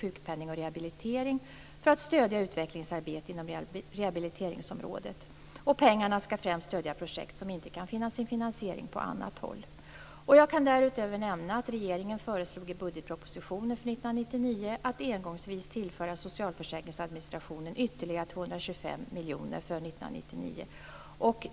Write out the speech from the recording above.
Sjukpenning och rehabilitering m.m. till att stödja utvecklingsarbete inom rehabiliteringsområdet. Pengarna skall främst stödja projekt som inte kan finna sin finansiering från annat håll. Jag kan därutöver nämna att regeringen föreslog i budgetpropositionen för 1999 att engångsvis tillföra socialförsäkringsadministrationen ytterligare 225 miljoner kronor för år 1999.